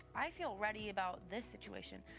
i feel ready about this situation.